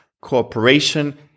cooperation